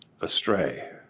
astray